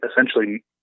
essentially